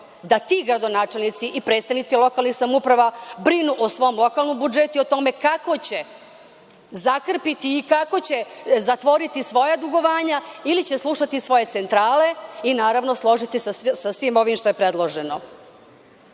da ti gradonačelnici i predstavnici lokalnih samouprava brinu o svom lokalnom budžetu i o tome kako će zakrpiti i kako će zatvoriti svoja dugovanja ili će slušati svoje centrale i naravno složiti sa svim ovim što je predloženo. Slažemo